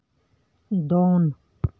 ᱫᱚᱱ